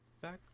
back